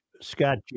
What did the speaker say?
Scott